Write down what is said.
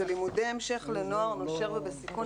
זה לימודי המשך לנוער נושר ובסיכון,